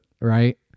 right